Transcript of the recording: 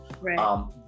Right